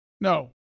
No